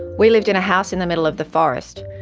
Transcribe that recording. we lived in a house in the middle of the forest,